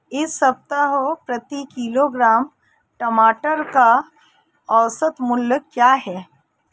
इस सप्ताह प्रति किलोग्राम टमाटर का औसत मूल्य क्या है?